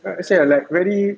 how to say ah like very